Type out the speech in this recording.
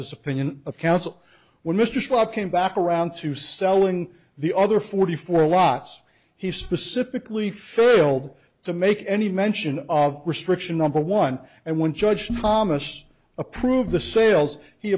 this opinion of counsel when mr straw came back around to selling the other forty four lots he specifically filled to make any mention of restriction number one and when judge thomas approved the sales he